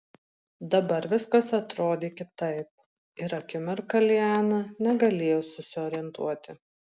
dabar viskas atrodė kitaip ir akimirką liana negalėjo susiorientuoti